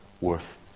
worth